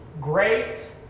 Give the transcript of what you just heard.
grace